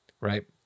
right